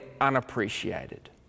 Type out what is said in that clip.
unappreciated